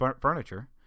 furniture